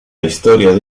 historia